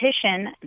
petition